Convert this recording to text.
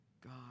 God